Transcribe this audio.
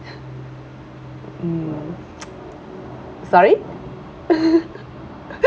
mm sorry